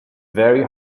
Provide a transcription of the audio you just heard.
very